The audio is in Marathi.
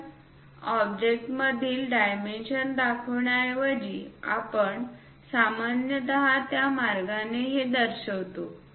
तर ऑब्जेक्टमधील डायमेन्शन्स दाखवण्याऐवजी आपण सामान्यतः त्या मार्गाने हे दर्शवितो